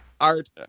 art